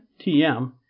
TM